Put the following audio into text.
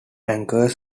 anchors